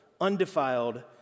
undefiled